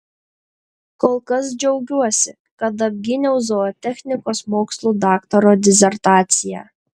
kol kas džiaugiuosi kad apgyniau zootechnikos mokslų daktaro disertaciją